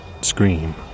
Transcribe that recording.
scream